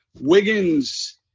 Wiggins